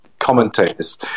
commentators